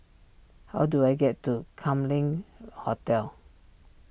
how do I get to Kam Leng Hotel